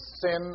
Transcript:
sin